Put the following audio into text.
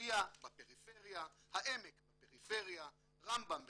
פורייה בפריפריה, העמק בפריפריה, רמב"ם בחיפה,